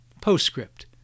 Postscript